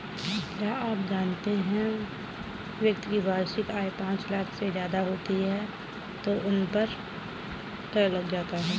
क्या आप जानते है व्यक्ति की वार्षिक आय पांच लाख से ज़्यादा होती है तो उसपर कर लगता है?